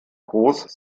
groß